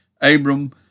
Abram